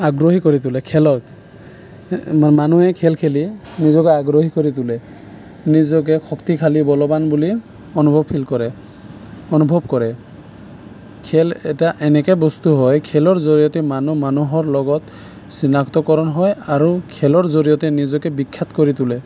আগ্ৰহী কৰি তোলে খেলত মানুহে খেল খেলি নিজকে আগ্ৰহী কৰি তোলে নিজকে শক্তিশালী বলৱান বুলি অনুভৱ ফিল কৰে অনুভৱ কৰে খেল এটা এনেকে বস্তু হয় খেলৰ জৰিয়তে মানুহ মানুহৰ লগত চিনাক্তকৰণ হয় আৰু খেলৰ জৰিয়তে নিজকে বিখ্যাত কৰি তোলে